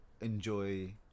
enjoy